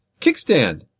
Kickstand